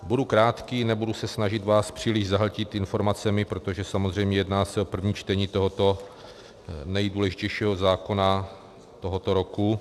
Budu krátký, nebudu se vás snažit příliš zahltit informacemi, protože samozřejmě jedná se o první čtení tohoto nejdůležitějšího zákona tohoto roku.